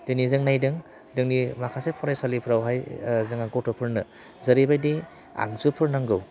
दिनै जों नायदों जोंनि माखासे फरायसालिफोरावहाय जोङो गथ'फोरनो जेरैबायदि आगजुफोर नांगौ